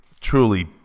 truly